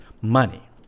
money